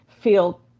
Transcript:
feel